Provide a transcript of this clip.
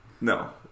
No